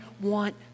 want